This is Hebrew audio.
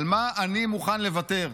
על מה אני מוכן לוותר.